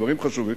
דברים חשובים,